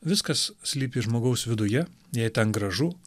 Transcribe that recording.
viskas slypi žmogaus viduje jei ten gražu